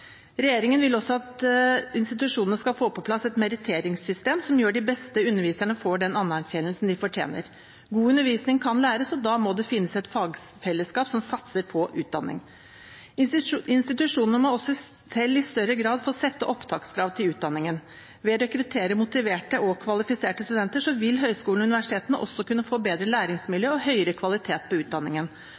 Regjeringen vil også at institusjonene skal få på plass et meritteringssystem som gjør at de beste underviserne får den anerkjennelsen de fortjener. God undervisning kan læres, og da må det finnes et fagfellesskap som satser på utdanning. Institusjonene må også selv i større grad få sette opptakskrav til utdanningene. Ved å rekruttere motiverte og kvalifiserte studenter vil høyskolene og universitetene også kunne få bedre læringsmiljø og høyere kvalitet på utdanningen.